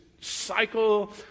cycle